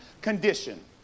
condition